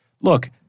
look